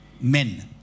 Men